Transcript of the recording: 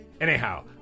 Anyhow